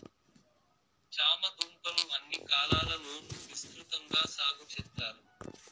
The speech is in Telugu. చామ దుంపలు అన్ని కాలాల లోనూ విసృతంగా సాగు చెత్తారు